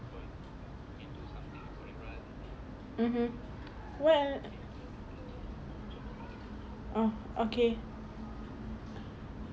(uh huh) what oh okay